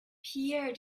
pierre